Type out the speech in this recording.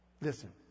Listen